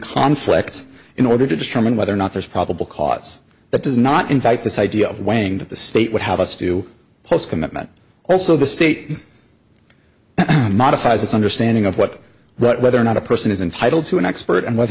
conflict in order to determine whether or not there's probable cause that does not in fact this idea of weighing the state would have us do his commitment also the state modifies its understanding of what right whether or not a person is entitled to an expert and what her